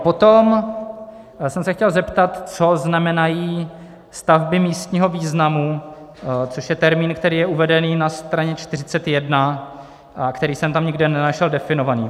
Potom jsem se chtěl zeptat, co znamenají stavby místního významu, což je termín, který je uveden na straně 41, který jsem tam nikde nenašel definovaný.